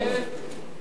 (תיקון מס' 33),